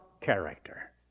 character